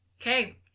Okay